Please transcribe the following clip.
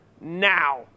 now